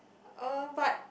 uh but